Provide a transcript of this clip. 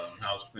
House